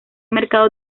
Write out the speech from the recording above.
mercado